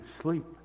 sleep